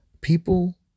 People